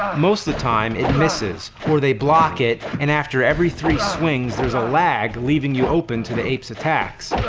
most of the time, it misses or they block it and after every three swings, there's a lag leaving you open to the ape's attacks.